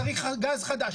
צריך גז חדש.